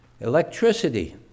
electricity